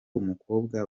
umukobwa